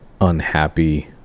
unhappy